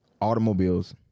automobiles